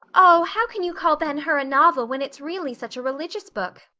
oh, how can you call ben hur a novel when it's really such a religious book?